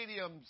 stadiums